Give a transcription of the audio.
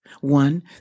One